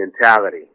mentality